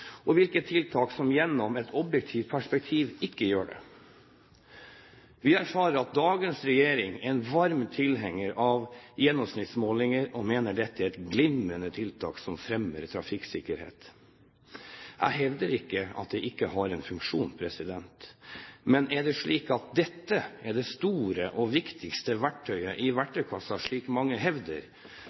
og hvilke tiltak som i et objektivt perspektiv ikke gjør det. Vi erfarer at dagens regjering er en varm tilhenger av gjennomsnittsfartsmålinger og mener at dette er et glimrende tiltak som fremmer trafikksikkerhet. Jeg hevder ikke at det ikke har en funksjon. Men er det slik at dette er det store og viktigste verktøyet i verktøykassa, slik mange hevder,